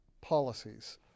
policies